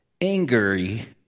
angry